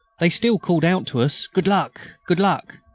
they still called out to us good luck. good luck!